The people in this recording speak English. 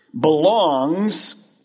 belongs